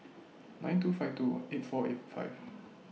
nine two five two eight four eight five